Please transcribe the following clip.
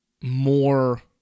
more